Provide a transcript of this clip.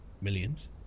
Millions